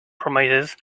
promises